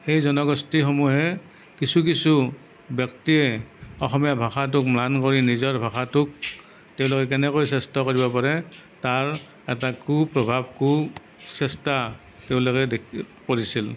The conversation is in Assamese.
সেই জনগোষ্ঠীসমূহে কিছু কিছু ব্যক্তিয়ে অসমীয়া ভাষাটোক ম্লান কৰি নিজৰ ভাষাটোক তেওঁলোকে কেনেকৈ শ্ৰেষ্ঠ কৰিব পাৰে তাৰ এটা কু প্ৰভাৱ কু চেষ্টা তেওঁলোকে দে কৰিছিল